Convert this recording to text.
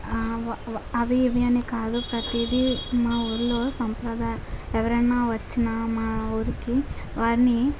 వ వ అవి ఇవి అని కాదు ప్రతిదీ మా ఊరిలో సాంప్రదాయ ఎవరైనా వచ్చినా మా ఊరికి వారిని